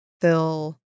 fill